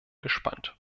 gespannt